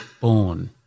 born